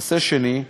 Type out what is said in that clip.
נושא שני,